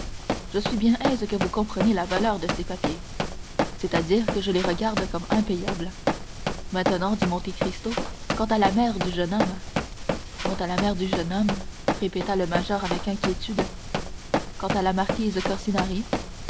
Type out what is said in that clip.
je suis bien aise que vous compreniez la valeur de ces papiers c'est-à-dire que je les regarde comme impayables maintenant dit monte cristo quant à la mère du jeune homme quant à la mère du jeune homme répéta le major avec inquiétude quant à la marquise corsinari